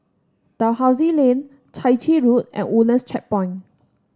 Dalhousie Lane Chai Chee Road and Woodlands Checkpoint